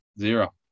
Zero